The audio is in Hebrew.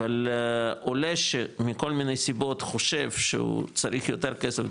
אבל עולה שמכל מיני סיבות חושב שהוא צריך יותר כסף,